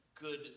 good